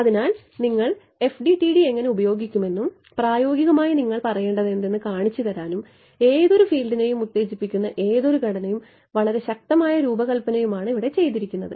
അതിനാൽ നിങ്ങൾ FDTD എങ്ങനെ ഉപയോഗിക്കുമെന്നും പ്രായോഗികമായി നിങ്ങൾ പറയേണ്ടതെന്തെന്ന് കാണിച്ചുതരാനും ഏതൊരു ഫീൽഡിനെയും ഉത്തേജിപ്പിക്കുന്ന ഏതൊരു ഘടനയും വളരെ ശക്തമായ രൂപകൽപ്പനയുമാണ് ഇവിടെ ചെയ്തിരിക്കുന്നത്